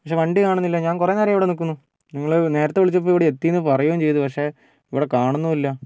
പക്ഷെ വണ്ടി കാണുന്നില്ല ഞാൻ കുറേ നേരമായി ഇവിടെ നിൽക്കുന്നു നിങ്ങൾ നേരത്തെ വിളിച്ചപ്പോൾ ഇവിടെ എത്തിയെന്നു പറയുകയും ചെയ്തു പക്ഷെ ഇവിടെ കാണുന്നും ഇല്ല